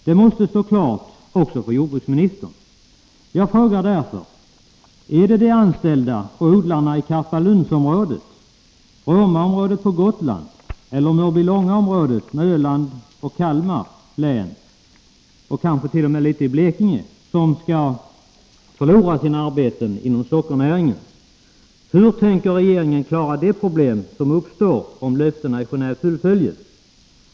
Det måste stå klart också för jordbruksministern. Jag frågar därför: Är det de anställda och odlarna i Karpalundsområdet, i Romaområdet på Gotland eller i Mörbylångaområdet med Öland och övriga delar av Kalmar län och kanske t.o.m. en del av Blekinge som skall förlora sina arbeten inom sockernäringen? Hur tänker regeringen klara de problem som uppstår, om löftena i Geneve infrias?